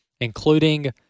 including